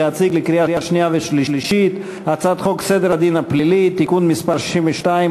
להציג לקריאה שנייה ושלישית את הצעת חוק סדר הדין הפלילי (תיקון מס' 62,